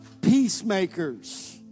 peacemakers